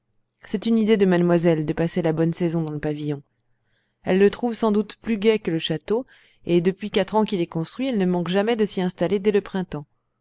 c'est une idée de mademoiselle de passer la bonne saison dans le pavillon elle le trouve sans doute plus gai que le château et depuis quatre ans qu'il est construit elle ne manque jamais de s'y installer dès le printemps